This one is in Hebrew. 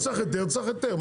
אם צריך היתר צריך היתר.